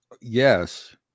yes